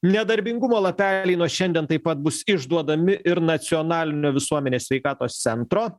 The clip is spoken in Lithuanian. nedarbingumo lapeliai nuo šiandien taip pat bus išduodami ir nacionalinio visuomenės sveikatos centro